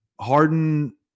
Harden